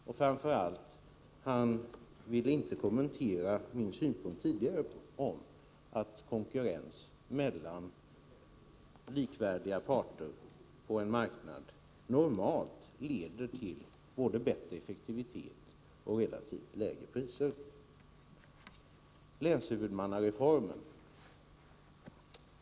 Och framför allt ville han inte kommentera min synpunkt att konkurrens mellan likvärdiga parter på en marknad normalt leder till både bättre effektivitet och relativt lägre priser.